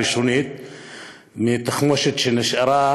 מתחמושת שנשארה